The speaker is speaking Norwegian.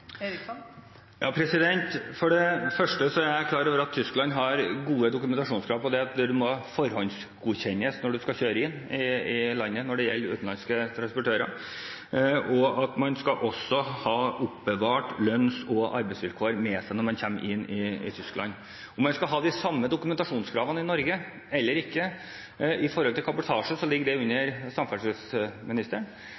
For det første er jeg klar over at Tyskland har gode dokumentasjonskrav, der utenlandske transportører må forhåndsgodkjennes når man skal kjøre inn i landet, og at man også må ha med seg dokumentasjon på lønns- og arbeidsvilkår når man kommer inn i Tyskland. Når det gjelder om man skal ha de samme dokumentasjonskravene i Norge eller ikke, ligger det under samferdselsministeren med hensyn til kabotasje. Jeg ser at vi er i gang med et bransjeprogram for transportsektoren. Jeg mener at det